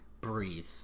breathe